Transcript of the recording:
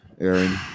Aaron